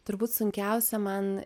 turbūt sunkiausia man